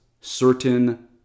certain